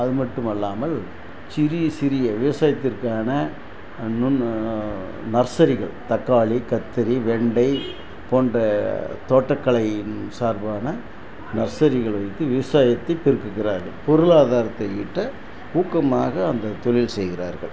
அது மட்டும் அல்லாமல் சிறிய சிறிய விவசாயத்திற்கான நுன்னு நர்சரிகள் தக்காளி கத்தரி வெண்டை போன்ற தோட்ட கலையின் சார்பான நர்சரிகள் வைத்து விவசாயத்தை பெருக்குகிறார்கள் பொருளாதாரத்தை ஈட்ட ஊக்கமாக அந்த தொழில் செய்கிறார்கள்